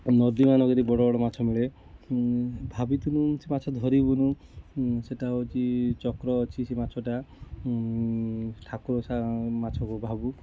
ନଦୀ ମାନକରେ ବଡ଼ ବଡ଼ ମାଛ ମିଳେ ଭାବିଥିନୁ ସେ ମାଛ ଧରିବୁନୁ ସେଟା ହୋଉଛି ଚକ୍ର ଅଛି ସେ ମାଛଟା ଠାକୁର ସାହା ମାଛକୁ ଭାବୁ